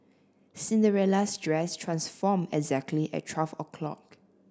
Cinderella's dress transformed exactly at twelve o'clock